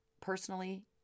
personally